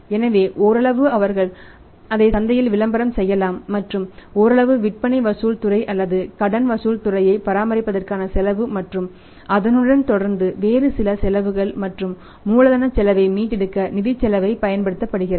எனவே ஓரளவு அவர்கள் அதை சந்தையில் விளம்பரம் செய்யலாம் மற்றும் ஓரளவு விற்பனை வசூல் துறை அல்லது கடன் வசூல் துறையை பராமரிப்பதற்கான செலவு மற்றும் அதனுடன் தொடர்புடைய வேறு சில செலவுகள் மற்றும் மூலதன செலவை மீட்டெடுக்க நிதி செலவை பயன்படுத்தப்படுகிறது